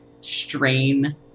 strain